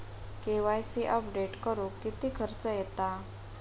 KYC update करुक किती खर्च येता?